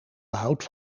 behoud